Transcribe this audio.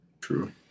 True